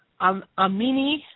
Amini